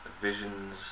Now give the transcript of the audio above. visions